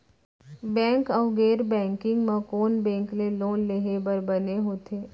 Bank अऊ गैर banking म कोन बैंक ले लोन लेहे बर बने होथे?